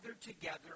together